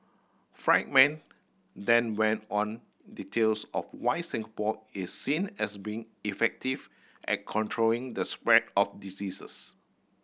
friedman then went on details of why Singapore is seen as being effective at controlling the spread of diseases